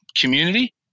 community